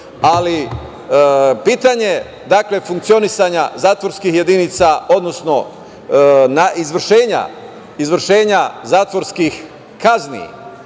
ali pitanje funkcionisanja zatvorskih jedinica, odnosno na izvršenja zatvorskih kazni